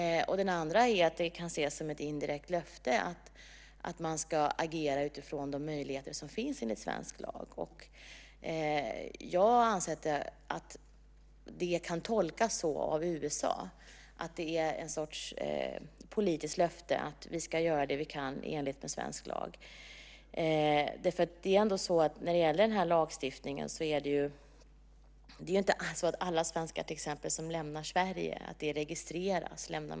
Det andra är att det kan ses som ett indirekt löfte att man ska agera utifrån de möjligheter som finns enligt svensk lag. Jag anser att det kan tolkas så av USA att det är en sorts politiskt löfte att vi ska göra det vi kan i enlighet med svensk lag. När det gäller den här lagstiftningen är det ju inte så att alla svenskar som lämnar Sverige registreras.